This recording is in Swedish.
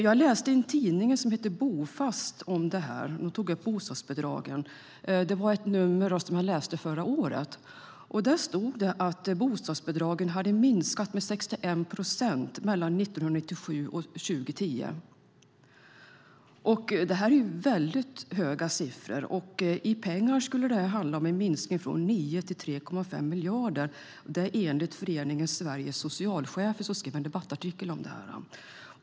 Jag läste ett nummer från förra året av en tidning som heter Bofast och som tog upp bostadsbidragen. Där stod det att bostadsbidragen minskade med 61 procent 1997-2010. Det är en väldigt hög siffra. I pengar skulle det handla om en minskning från 9 miljarder till 3,5 miljarder, enligt Föreningen Sveriges socialchefer som har skrivit en debattartikel om detta.